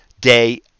Day